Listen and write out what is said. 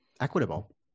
equitable